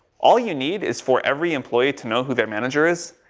all you need is for every employee to know, who their manager is?